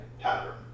pattern